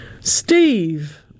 Steve